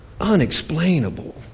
Unexplainable